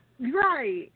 Right